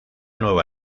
nueva